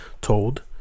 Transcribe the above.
told